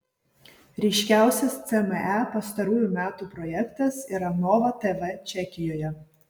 ryškiausias cme pastarųjų metų projektas yra nova tv čekijoje